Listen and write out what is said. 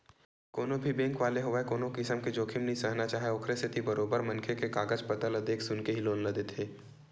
कोनो भी बेंक वाले होवय कोनो किसम के जोखिम नइ सहना चाहय ओखरे सेती बरोबर मनखे के कागज पतर ल देख सुनके ही लोन ल देथे